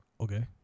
Okay